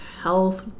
health